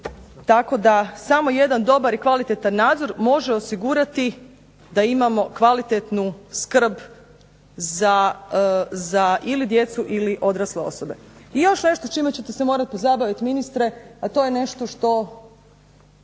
tako da samo jedan dobar i kvalitetan nadzor može osigurati da imamo kvalitetnu skrb za ili djecu ili odrasle osobe. I još nešto s čime ćete se morati pozabaviti ministre, a to je nešto što